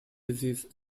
disease